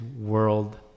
world